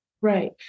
right